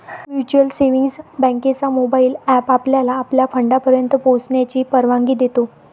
mutual savings बँकेचा mobile app आपल्याला आपल्या फंडापर्यंत पोहोचण्याची परवानगी देतो